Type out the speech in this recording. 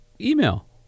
email